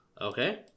Okay